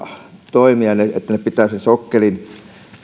toimia että ne pitävät sen sokkelin